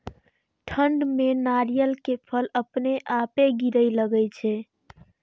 ठंड में नारियल के फल अपने अपनायल गिरे लगए छे?